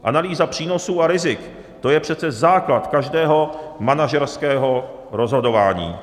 Analýza přínosů a rizik, to je přece základ každého manažerského rozhodování.